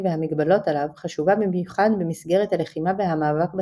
והמגבלות עליו חשובה בייחוד במסגרת הלחימה והמאבק בטרור,